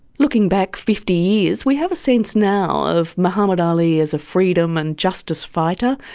looking back fifty years, we have a sense now of muhammad ali as a freedom and justice fighter,